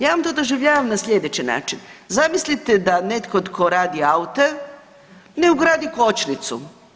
Ja vam to doživljavam na sljedeći način, zamislite da netko tko radi aute, ne ugradi kočnicu.